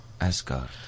Asgard